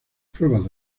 pruebas